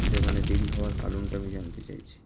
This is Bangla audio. এটা মানে দেরি হওয়ার কারণটা আমি জানতে চাইছি